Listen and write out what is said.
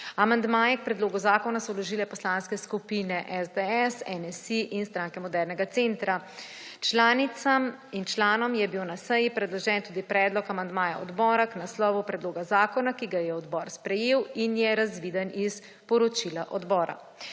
Amandmaje k predlogu zakona so vložile poslanske skupine SDS, NSi in Stranke modernega centra. Članicam in članom je bil na seji predložen tudi predlog amandmaja odbora k naslovu predloga zakona, ki ga je odbor sprejel in je razviden iz poročila odbora.